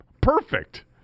Perfect